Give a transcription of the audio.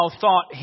thought